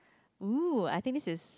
!woo! I think this is